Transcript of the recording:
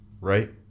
right